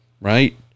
right